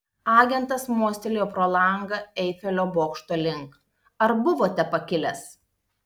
agentas mostelėjo pro langą eifelio bokšto link ar buvote pakilęs